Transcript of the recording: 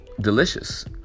delicious